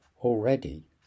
already